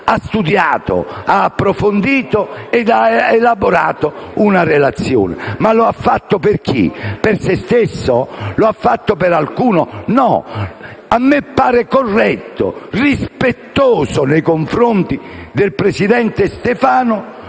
ha studiato, ha approfondito ed ha elaborato una relazione, ma l'ha fatto per chi, per se stesso? Lo ha fatto per alcuno? No, a me pare corretto e rispettoso nei confronti del presidente Stefano